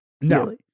No